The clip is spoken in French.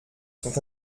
sont